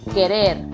Querer